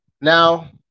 Now